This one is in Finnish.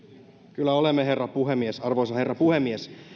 kyllä olemme herra puhemies arvoisa herra puhemies